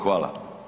Hvala.